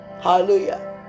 Hallelujah